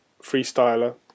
Freestyler